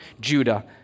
Judah